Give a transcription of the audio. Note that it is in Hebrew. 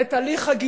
את הליך הגיור,